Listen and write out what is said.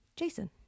Jason